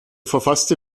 verfasste